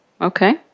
Okay